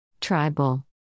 Tribal